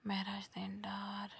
Mehraj uddin Dar